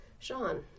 Sean